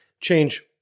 change